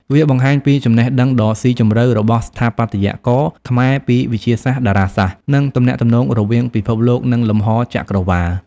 វាបង្ហាញពីចំណេះដឹងដ៏ស៊ីជម្រៅរបស់ស្ថាបត្យករខ្មែរពីវិទ្យាសាស្ត្រតារាសាស្ត្រ និងទំនាក់ទំនងរវាងពិភពលោក និងលំហរចក្រវាឡ